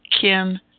Kim